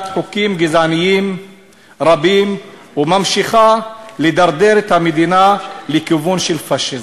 חוקים גזעניים רבים וממשיכה לדרדר את המדינה לכיוון של פאשיזם.